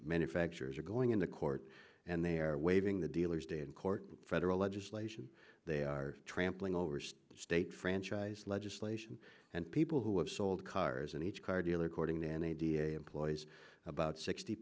manufacturers are going into court and they're waving the dealers day in court federal legislation they are trampling over state franchise legislation and people who have sold cars and each car dealer according to an idea employs about sixty